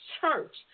church